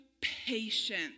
patience